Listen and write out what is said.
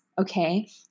Okay